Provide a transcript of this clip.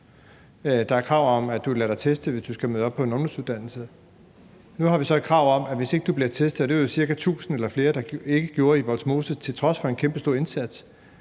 er et krav om, at du lader dig teste, hvis du skal møde op på en ungdomsuddannelse. Nu har vi så et krav om test, hvor vi har sagt, at hvis ikke du bliver testet, og det var der jo ca. 1.000 eller flere der ikke gjorde i Vollsmose til trods for en kæmpestor indsats,